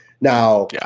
Now